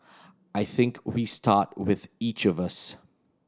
I think we start with each of us